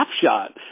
snapshot